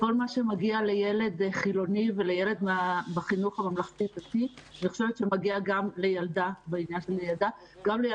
כל מה שמגיע לילד חילוני ולילד בחינוך הממלכתי-דתי מגיע גם לילדה חרדית,